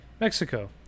Mexico